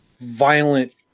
violent